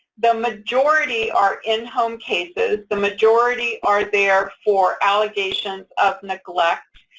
the majority are in-home cases. the majority are there for allegations of neglect,